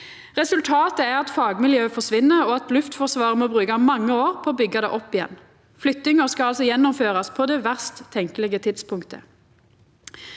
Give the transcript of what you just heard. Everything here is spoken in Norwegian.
Resultatet er at fagmiljøet forsvinn, og at Luftforsvaret må bruka mange år på å byggja det opp igjen. Flyttinga skal altså gjennomførast på det verst tenkelege tidspunktet.